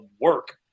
work